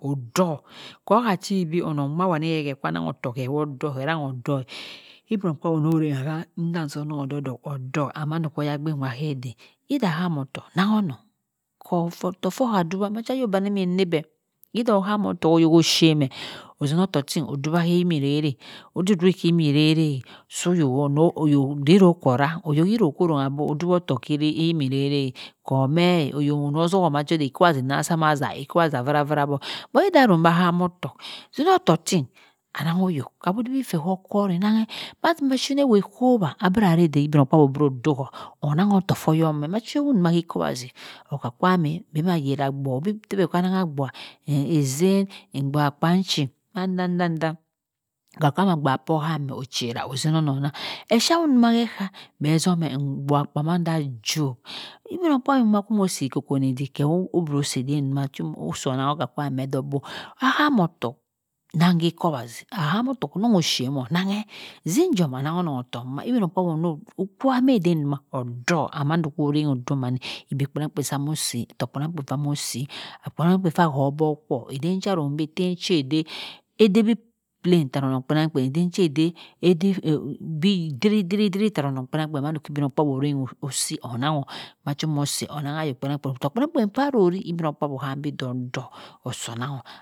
Ddoh ko ha chiwi bi nwa wani hehe kwa ananghi ottoh keh woh doh ken rang oh oddoh igbmokpabi omoh rangha ka nnam sonong odo doh oddok and mado kah oyag bin nwa odey iddah aha ottoh nangha onong koh ottoh forh adua ka oyobani mmine bhe yiddoh ohamo ottoh oyoh o she̩me̩ ozini ottoh yin odua he ka amin rey rey okoh rah boh oduo otto hey emin eray ray koh meh oyoh onozoho manasa kowazim kah mah za ikowazi avara avara boeh but iddia ammbiahamottok zini ottok tin ananghayoh ubo deri beh ha kori knanghe mazi meh eweh onoh kowa abra rih iddik dok ha igbmokpabi obro daho, onangho ottoh foh yunmeh machue awander hi ikowazi oka kwam beh amah yerah abova obi yeh beh kwa nangha abua ezien ebua kpanchi manda dah dah okar kwam meh obua oham ozima ozoh nang eshahu duma echa beh zomeh ebua kpa manda jho igbmokpabi omoh so ikpippdik keh woh seh eden nwa osi onangha okah k-wam meh doh bo ahamotuk nanghi ikowazi aha motok onong oshemo nanghe zin jom anangha onog ottoh duma igbmokpabi oh okpowa eden dumah odoh and mando odoh mane̩e̩ igdi kpienang kpier amoh si ottok kpienangh kpien amoh si akpongha kpienanghkpien ah woh ko oboh foh eden cha ro ch che̩e̩ de ede bi plan tarah onong kpienang kpien eden che̩e̩ede, ede bi diri diri tarah onong kpienangkpien mando igbmogk abi oreng osi onangho macho omo si onang ayo kpienangkpien, ottoh kpienangkpien kpa ro ri igbmogkpabi oham bi odoh osoh onangho.